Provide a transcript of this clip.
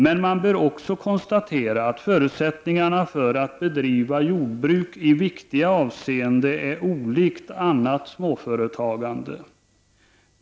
Man bör emellertid också konstatera att förutsättningarna för att bedriva jordbruk i viktiga avseenden skiljer sig från annat småföretagandet.